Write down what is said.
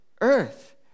earth